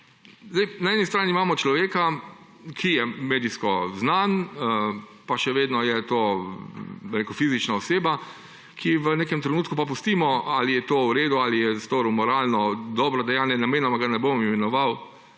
Na eni strani imamo človeka, ki je medijsko znan, pa še vedno je to fizična oseba, ki v nekem trenutku, pa pustimo, ali je to v redu, ali je storil moralno dobro dejanje ali ni, namenoma ga ne bom imenoval,